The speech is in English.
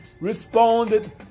responded